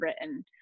written